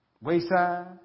wayside